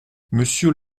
monsieur